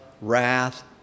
wrath